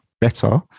better